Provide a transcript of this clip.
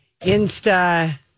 Insta